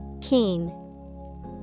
Keen